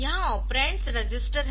यहाँ operands register है